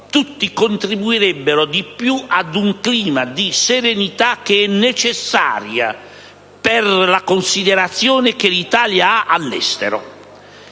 forse contribuirebbero di più ad un clima di serenità, che è necessario per la considerazione dell'Italia all'estero.